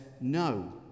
no